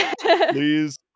Please